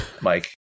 Mike